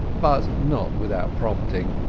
but not without prompting,